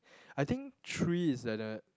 I think three is like the